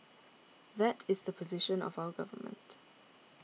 that is the position of our government